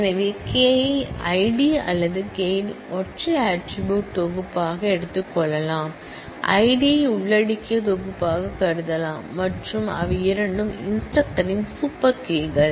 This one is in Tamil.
எனவே K ஐ ID அல்லது K இன் ஒற்றை ஆட்ரிபூட் செட்டாக எடுத்துக் கொள்ளலாம் ID ஐ உள்ளடக்கிய செட்டாக கருதலாம் மற்றும் அவை இரண்டும் இன்ஸ்டிரக்டர்ரின் சூப்பர் கீ கள்